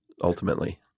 ultimately